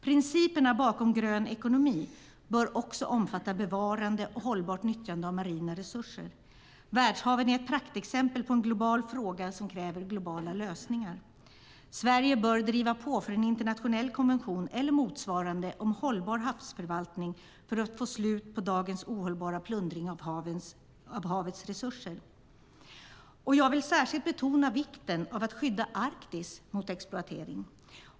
Principerna bakom grön ekonomi bör också omfatta bevarande och hållbart nyttjande av marina resurser. Världshaven är ett praktexempel på en global fråga som kräver globala lösningar. Sverige bör driva på för en internationell konvention eller motsvarande om hållbar havsförvaltning för att få ett slut på dagens ohållbara plundring av havets resurser. Jag vill särskilt betona vikten av att skydda Arktis mot exploatering.